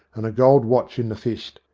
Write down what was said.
and a gold watch in the fist,